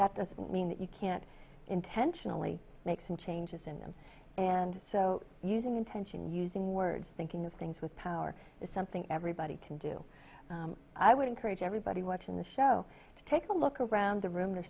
that doesn't mean that you can't intentionally make some changes in them and so using intention using words thinking of things with power is something everybody can do i would encourage everybody watching the show to take a look around the room